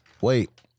wait